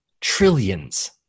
trillions